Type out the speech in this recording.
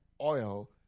oil